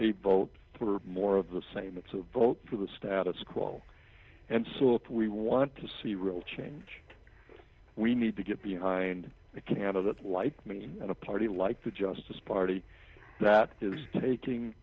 a vote for more of the same it's a vote for the status quo and so if we want to see real change we need to get behind a candidate like me and a party like the justice party that is taking